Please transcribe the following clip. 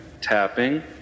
tapping